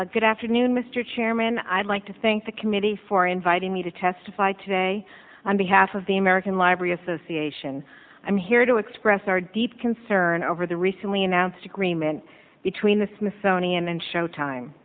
a good afternoon mr chairman i'd like to thank the committee for inviting me to testify today on behalf of the american library association i'm here to express our deep concern over the recently announced agreement between the smithsonian and showtime